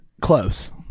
Close